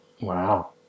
Wow